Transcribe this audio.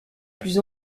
plus